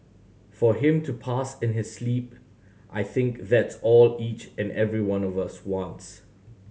for him to pass in his sleep I think that's all each and every one of us wants